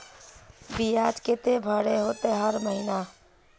बियाज केते भरे होते हर महीना?